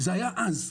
זה היה אז.